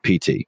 PT